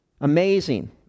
Amazing